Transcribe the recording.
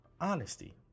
Honesty